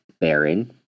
Baron